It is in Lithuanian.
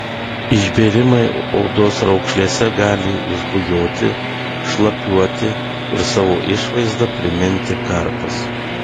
išbėrimai odos raukšlėse gali išbujoti šlapiuoti ir savo išvaizda priminti karpas